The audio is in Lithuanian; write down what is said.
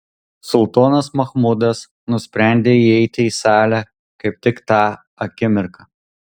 sultonas machmudas nusprendė įeiti į salę kaip tik tą akimirką